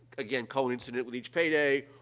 again, coincident with each payday,